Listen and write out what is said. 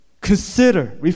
Consider